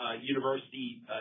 university